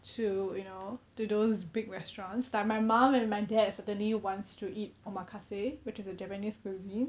to you know to those big restaurants like my mom and my dad certainly wants to eat omakase which is a japanese cuisine